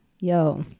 Yo